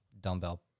dumbbell